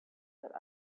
that